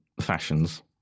fashions